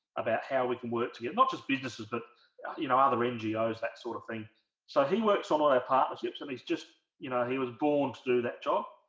about how we can work to get not just businesses but you know other ngos that sort of thing so he works um on other partnerships and he's just you know he was born through that job